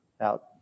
out